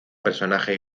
personajes